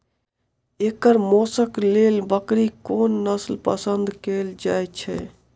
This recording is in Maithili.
एकर मौशक लेल बकरीक कोन नसल पसंद कैल जाइ छै?